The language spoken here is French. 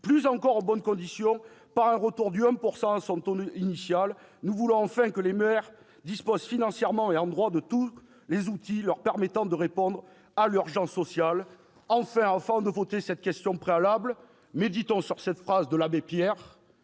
plus encore aux bonnes conditions par un retour du 1 % à son taux initial. Nous voulons enfin que les maires disposent financièrement et en droit de tous les outils leur permettant de répondre à l'urgence sociale. Avant de voter cette motion tendant à opposer la question préalable, méditons sur cette phrase de l'abbé Pierre